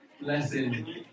Lesson